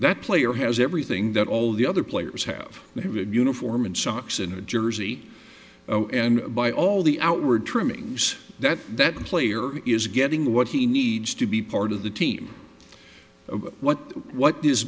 that player has everything that all the other players have uniform and socks in a jersey and by all the outward trimmings that that player is getting what he needs to be part of the team of what what